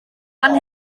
fan